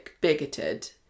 bigoted